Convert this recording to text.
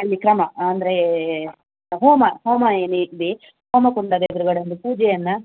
ಅಲ್ಲಿ ಕ್ರಮ ಅಂದರೆ ಹೋಮ ಹೋಮ ಏನಿದೆ ಹೋಮ ಕುಂಡದ ಎದುರುಗಡೆ ಒಂದು ಪೂಜೆಯನ್ನು